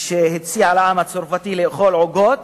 שהציעה לעם הצרפתי לאכול עוגות